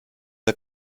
der